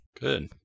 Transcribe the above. Good